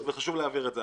חשוב להבהיר את זה.